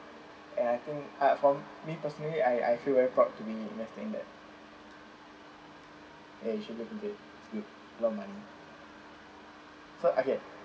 and I think uh for me personally I I feel very proud to be investing that and it's actually it's good a lot of money so okay